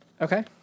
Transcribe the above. Okay